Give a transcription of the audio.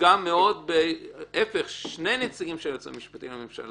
הוצגה על ידי שני נציגים של היועץ המשפטי לממשלה